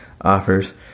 offers